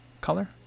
color